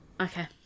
Okay